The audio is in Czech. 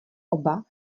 oba